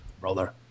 Brother